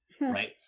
right